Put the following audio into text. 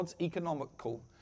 economical